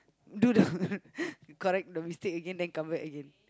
do the correct the mistake again then come back again